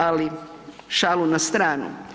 Ali šalu na stranu.